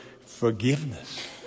Forgiveness